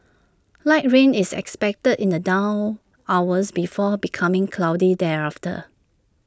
light rain is expected in the dawn hours before becoming cloudy thereafter